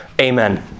amen